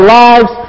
lives